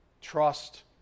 Trust